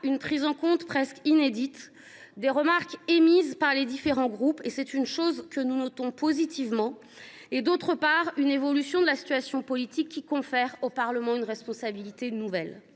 une prise en compte, presque inédite, des remarques émises par les différents groupes – c’est un facteur positif que nous saluons – et, d’autre part, une évolution de la situation politique, qui confère au Parlement une responsabilité nouvelle.